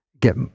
get